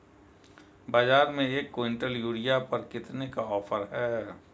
बाज़ार में एक किवंटल यूरिया पर कितने का ऑफ़र है?